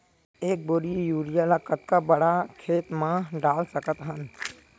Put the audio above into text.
एक बोरी यूरिया ल कतका बड़ा खेत म डाल सकत हन?